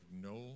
no